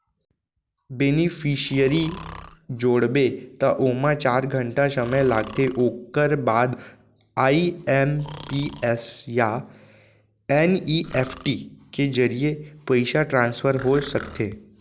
beneficiary जोड़बे त ओमा चार घंटा समे लागथे ओकर बाद आइ.एम.पी.एस या एन.इ.एफ.टी के जरिए पइसा ट्रांसफर हो सकथे